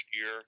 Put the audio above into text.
year